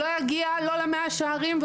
לא יגיע לא למאה שערים,